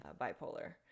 bipolar